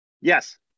Yes